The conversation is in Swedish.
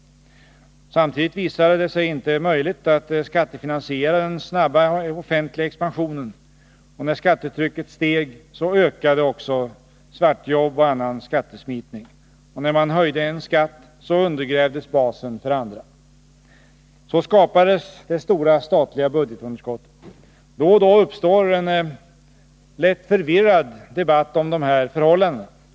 Samtidigt visade det sig inte möjligt att skattefinansiera den snabba offentliga expansionen. När skattetrycket steg ökade också svartjobb och annan skattesmitning. Och när man höjde en skatt, så undergrävdes basen för andra. Så skapades det stora statliga budgetunderskottet. Då och då uppstår en lätt förvirrad debatt om de här förhållandena.